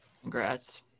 congrats